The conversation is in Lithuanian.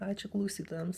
ačiū klausytojams